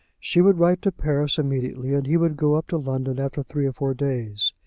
she would write to paris immediately, and he would go up to london after three or four days.